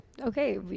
Okay